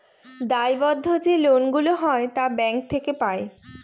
দায়বদ্ধ যে লোন গুলা হয় তা ব্যাঙ্ক থেকে পাই